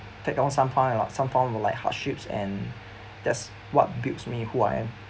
take on some time some form of like hardships and that's what builds me who I am